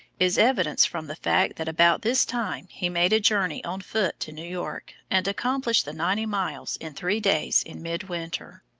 is evidenced from the fact that about this time he made a journey on foot to new york and accomplished the ninety miles in three days in mid-winter.